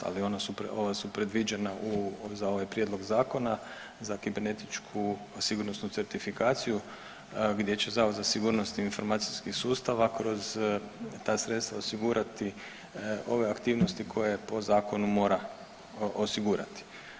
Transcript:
Ali ova su predviđena za ovaj prijedlog zakona za kibernetičku sigurnosnu certifikaciju gdje će Zavod za sigurnost i informacijski sustav kroz ta sredstva osigurati ove aktivnosti koje po zakonu mora osigurati.